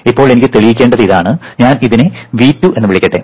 ഇപ്പോൾ എനിക്ക് തെളിയിക്കേണ്ടത് ഇതാണ് ഞാൻ ഇതിനെ V2 എന്ന് വിളിക്കട്ടെ